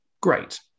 Great